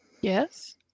Yes